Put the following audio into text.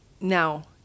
now